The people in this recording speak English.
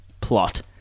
plot